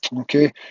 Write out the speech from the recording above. Okay